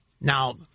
Now